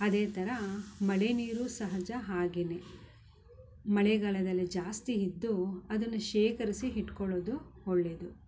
ಅದೆ ಥರ ಮಳೆ ನೀರು ಸಹಜ ಹಾಗೇನೆ ಮಳೆಗಾಲದಲ್ಲಿ ಜಾಸ್ತಿ ಇದ್ದು ಅದನ್ನು ಶೇಖರಿಸಿ ಇಟ್ಕೊಳ್ಳೋದು ಒಳ್ಳೆಯದು